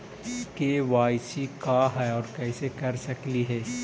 KYC का है, और कैसे कर सकली हे?